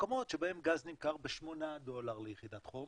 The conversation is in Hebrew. מקומות שבהם גז נמכר בשמונה דולר ליחידת חום,